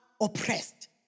oppressed